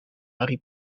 harry